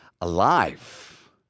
alive